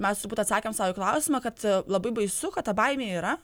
mes turbūt atsakėm sau į klausimą kad labai baisu kad ta baimė yra